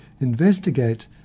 Investigate